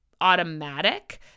automatic